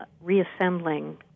reassembling